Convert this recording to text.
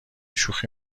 شوخی